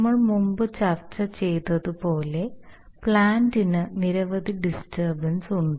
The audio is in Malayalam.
നമ്മൾ മുമ്പ് ചർച്ച ചെയ്തതുപോലെ പ്ലാന്റിന് നിരവധി ഡിസ്റ്റർബൻസ് ഉണ്ട്